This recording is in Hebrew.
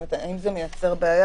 האם זה מייצר בעיה?